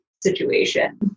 situation